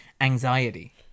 anxiety